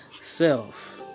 self